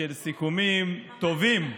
טובים,